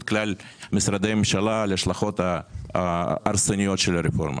כלל משרדי הממשלה על ההשלכות ההרסניות של הרפורמה.